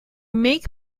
make